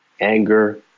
anger